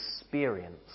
experience